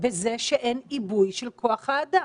בזה שאין עיבוי של כוח האדם,